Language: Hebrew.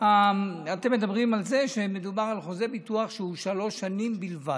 אתם מדברים על זה שמדובר על חוזה ביטוח שהוא שלוש שנים בלבד,